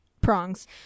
prongs